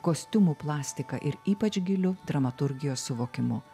kostiumų plastika ir ypač giliu dramaturgijos suvokimu